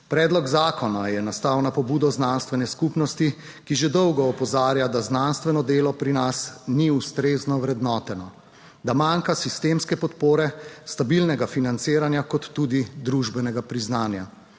Predlog zakona je nastal na pobudo znanstvene skupnosti, ki že dolgo opozarja, da znanstveno delo pri nas ni ustrezno ovrednoteno, da manjka sistemske podpore, stabilnega financiranja kot tudi družbenega priznanja.